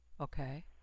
Okay